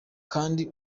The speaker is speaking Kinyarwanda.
kandi